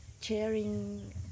sharing